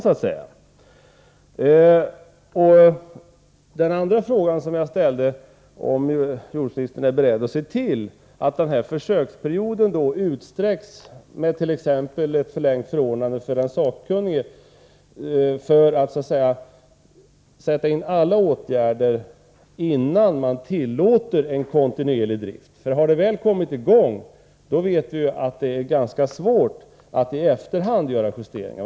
Så till min andra fråga, om jordbruksministern är beredd att se till att försöksperioden utsträcks med t.ex. ett förlängt förordnande för den särskilt sakkunnige för att på det viset sätta in alla åtgärder innan en kontinuerlig drift tillåts. Har verksamheten väl kommit i gång, vet man att det är ganska svårt att i efterhand göra justeringar.